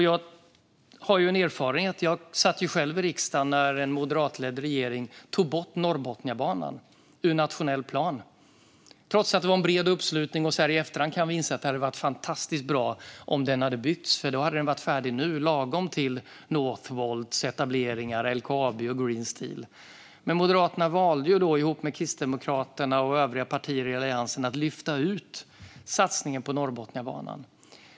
Jag har erfarenhet genom att jag själv satt i riksdagen när en moderatledd regering tog bort Norrbotniabanan ur nationell plan - trots att det fanns en bred uppslutning. I efterhand kan vi inse att det hade varit fantastiskt bra om banan hade byggts eftersom den då hade varit färdig nu, lagom till Northvolts, LKAB:s och Green Steels etableringar. Men Moderaterna valde, tillsammans med Kristdemokraterna och övriga partier i Alliansen, att lyfta ut satsningen på Norrbotniabanan.